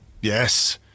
yes